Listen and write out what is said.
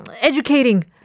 educating